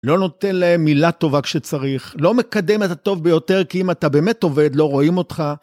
לא נותן להם מילה טובה כשצריך, לא מקדם את הטוב ביותר כי אם אתה באמת עובד לא רואים אותך.